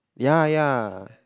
ya ya